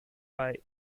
bei